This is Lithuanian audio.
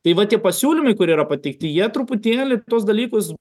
tai va tie pasiūlymai kurie yra pateikti jie truputėlį tuos dalykus